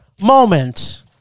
moment